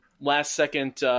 last-second